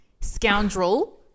Scoundrel